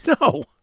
No